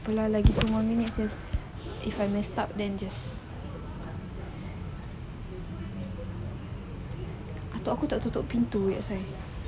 ya like three more minutes just if I miss up then just !aduh! aku tak tutup pintu that's why